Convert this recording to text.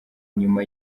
nyuma